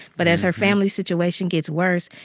but as her family's situation gets worse,